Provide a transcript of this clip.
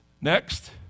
next